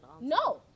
No